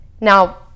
Now